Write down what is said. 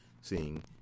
seeing